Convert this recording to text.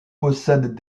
possède